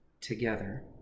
Together